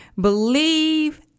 believe